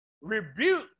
rebuke